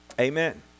Amen